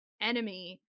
enemy